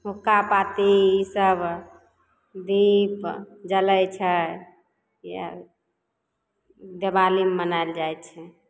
हुक्कापाती इसब दीप जलय छै इएह दीवाली मनायल जाइ छै